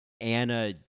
Anna